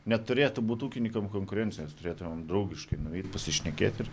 neturėtų būt ūkininkam konkurencijos turėtumėm draugiškai nueit pasišnekėt ir